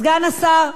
סגן השר,